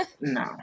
no